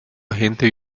agente